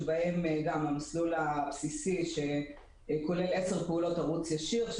שבהם המסלול הבסיסי כולל עשר פעולות ערוץ ישיר,